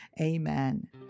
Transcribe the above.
Amen